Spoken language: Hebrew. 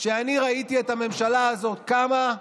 כשאני ראיתי את הממשלה הזאת קמה,